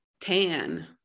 tan